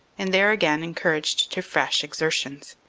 and there again encouraged to fresh exertions.